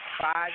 five